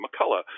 McCullough